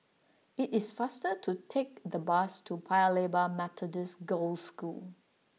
it is faster to take the bus to Paya Lebar Methodist Girls' School